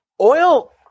oil